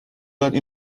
داده